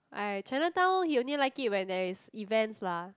!aiya! Chinatown he only like it when there is events lah